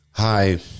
Hi